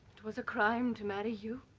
it was a crime to marry you